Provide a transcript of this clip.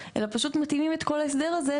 אלא פשוט מתאימים את כל ההסדר הזה,